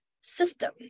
system